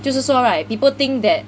就是说 right people think that